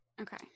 Okay